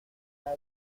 has